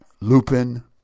lupin